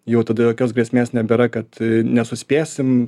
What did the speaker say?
jau tada jokios grėsmės nebėra kad nesuspėsim